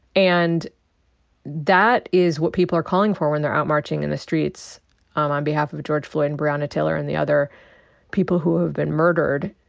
and that is what people are calling for when they're out marching in the streets um on behalf of george floyd, and breonna taylor, and the other people who have been murdered,